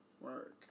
Work